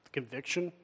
conviction